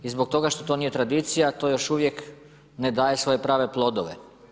I zbog toga što to nije tradicija to još uvijek ne daje svoje prave plodove.